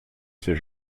ses